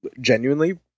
genuinely